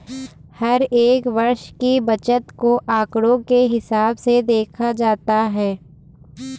हर एक वर्ष की बचत को आंकडों के हिसाब से देखा जाता है